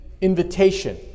invitation